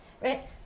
right